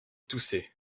toussait